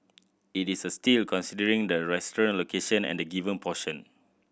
it is a steal considering the restaurant location and the given portion